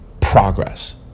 progress